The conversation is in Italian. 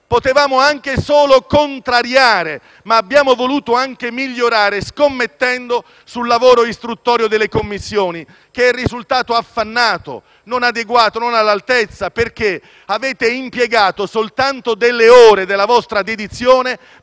potevamo anche solamente opporci, ma abbiamo voluto anche migliorare, scommettendo sul lavoro istruttorio delle Commissioni, che è risultato affannato, non adeguato e non all'altezza, perché avete impiegato soltanto alcune ore della vostra dedizione